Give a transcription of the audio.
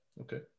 Okay